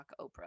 Oprah